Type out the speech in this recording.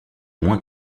moins